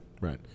right